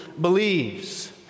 believes